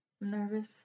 Nervous